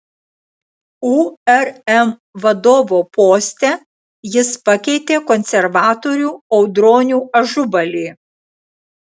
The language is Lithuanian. urm vadovo poste jis pakeitė konservatorių audronių ažubalį